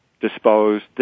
disposed